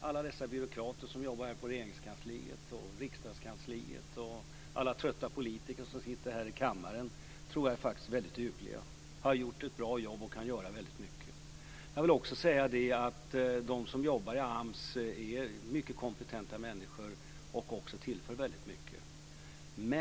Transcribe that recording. Alla dessa byråkrater som jobbar på Regeringskansliet och på riksdagskanslierna och alla trötta politiker som sitter här i kammaren tror jag faktiskt är väldigt dugliga. De har gjort ett bra jobb och de kan göra väldigt mycket. De som jobbar i AMS är mycket kompetenta människor som också tillför väldigt mycket.